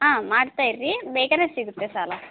ಹಾಂ ಮಾಡ್ತಾ ಇರ್ರಿ ಬೇಗನೆ ಸಿಗುತ್ತೆ ಸಾಲ